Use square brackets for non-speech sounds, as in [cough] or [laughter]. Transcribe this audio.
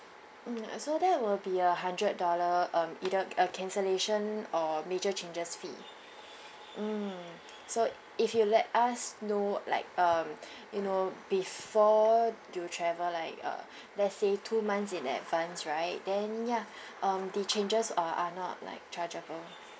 mm so that will be a hundred dollar um either uh cancellation or major changes fee mm so if you let us know like um [breath] you know before you travel like uh let's say two months in advance right then ya um the changes are are not like chargeable